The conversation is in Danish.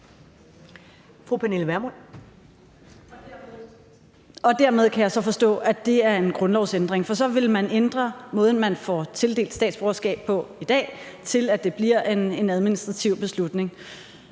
Dermed kan jeg så forstå, at det er en grundlovsændring, for så vil man ændre måden, man får tildelt statsborgerskab på, i dag til, at det bliver en administrativ beslutning.